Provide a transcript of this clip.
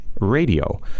Radio